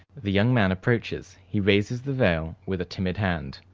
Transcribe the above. the young man approaches, he raises the veil with a timid hand.